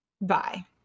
Bye